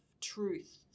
truth